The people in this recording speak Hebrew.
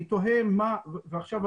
אמרת,